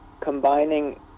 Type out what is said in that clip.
combining